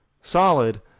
solid